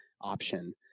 option